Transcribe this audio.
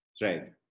Right